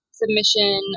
submission